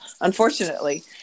unfortunately